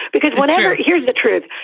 because whatever. here's the truth.